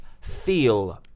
feel